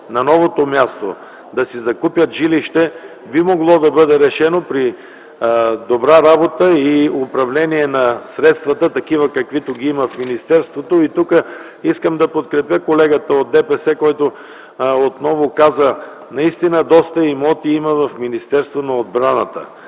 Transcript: на новото място да си закупят жилище, би могло да бъде решено при добра работа и управление на средствата такива, каквито ги има в министерството. Тук искам да подкрепя колегата от ДПС. Наистина много имоти има в Министерството на отбраната.